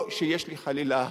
לא שיש חלילה